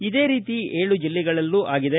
ಇದೇ ರೀತಿ ಏಳು ಜೆಲ್ಲೆಗಳಲ್ಲಿ ಆಗಿದೆ